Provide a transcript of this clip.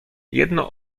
jedno